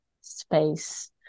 space